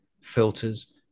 filters